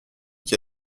qui